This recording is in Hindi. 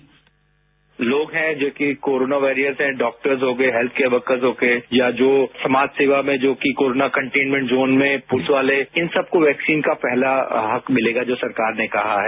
साउंड बाईट लोग हैं जो कि कोरोना वारियर्स हैं डॉक्टर्स हो गए हेल्थ वर्कर्स हो गए या जो समाज सेवा में या जो कि कोरोना कंटेन्मेंट जोन में पुलिस वाले इन सबको वैक्सीन का पहला हक मिलेगा जो सरकार ने कहा है